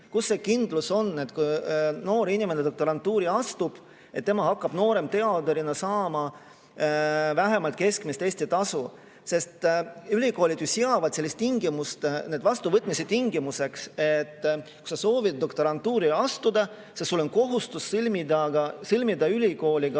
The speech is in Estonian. Kus see kindlus on, et kui noor inimene doktorantuuri astub, siis tema hakkab nooremteadurina saama vähemalt keskmist Eesti tasu? Sest ülikoolid ju seavad vastuvõtmisel sellise tingimuse, et kui sa soovid doktorantuuri astuda, siis sul on kohustus sõlmida ülikooliga